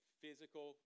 physical